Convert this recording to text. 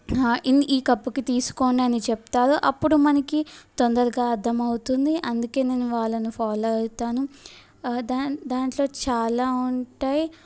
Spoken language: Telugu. ఇన్ ఈ కప్పుకి తీసుకోండి అని చెప్తారు అప్పుడు మనకి తొందరగా అర్ధం అవుతుంది అందుకే నేను వాలను ఫాలో అవుతాను దాన్ దాంట్లో చాలా ఉంటాయి